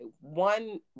One